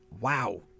Wow